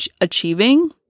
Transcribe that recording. achieving